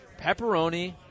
pepperoni